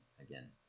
again